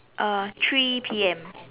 uh three P_M